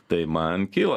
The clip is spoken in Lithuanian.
tai man kyla